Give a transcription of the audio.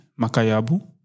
makayabu